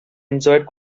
enjoyed